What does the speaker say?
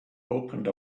opened